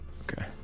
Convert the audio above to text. Okay